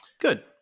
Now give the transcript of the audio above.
Good